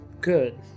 good